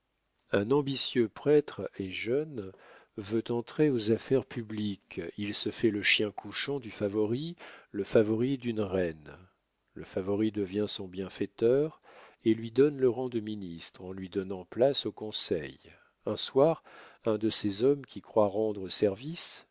un ambitieux prêtre et jeune veut entrer aux affaires publiques il se fait le chien couchant du favori le favori d'une reine le favori devient son bienfaiteur et lui donne le rang de ministre en lui donnant place au conseil un soir un de ces hommes qui croient rendre service